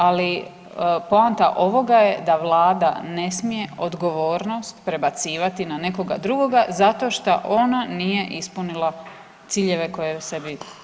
Ali poanta ovoga je da Vlada ne smije odgovornost prebacivati na nekoga drugoga zato što ona nije ispunila ciljeve koje je sebi postavila.